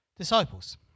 Disciples